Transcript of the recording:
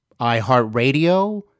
iHeartRadio